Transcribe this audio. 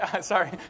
sorry